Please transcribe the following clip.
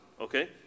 Okay